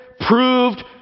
proved